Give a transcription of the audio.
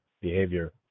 behavior